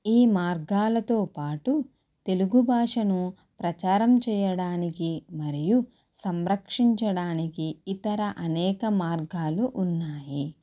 ఈ మార్గాలతో పాటు తెలుగుభాషను ప్రచారం చేయడానికి మరియు సంరక్షించడానికి ఇతర అనేక మార్గాలు ఉన్నాయి